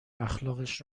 اخلاقش